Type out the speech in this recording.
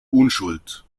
unschuld